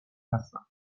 هستند